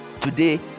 today